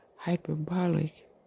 Hyperbolic